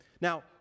Now